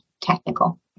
technical